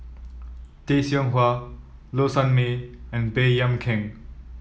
Tay Seow Huah Low Sanmay and Baey Yam Keng